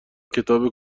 کتاب